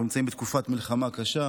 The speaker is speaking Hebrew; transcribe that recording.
אנחנו נמצאים בתקופת מלחמה קשה,